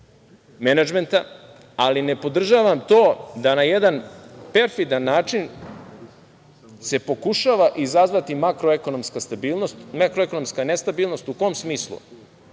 menadžmenta, ali ne podržavam to da na jedan perfidan način se pokušava izazvati makroekonomska nestabilnost. U kom smislu?